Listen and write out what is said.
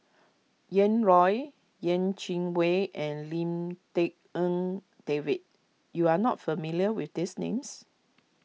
Ian Loy Yeh Chi Wei and Lim Tik En David you are not familiar with these names